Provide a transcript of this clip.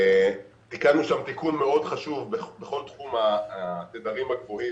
תיקנו שם תיקון מאוד חשוב בכל תחום התדרים הגבוהים.